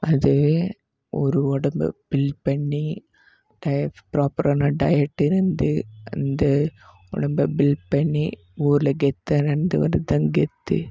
அதே ஒரு உடம்ப பில்ட் பண்ணி டயட் ப்ராப்பரான டயட் இருந்து அந்த உடம்ப பில்ட் பண்ணி ஊரில் கெத்தாக நடந்து வரதுதான் கெத்து